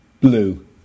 Blue